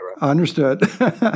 Understood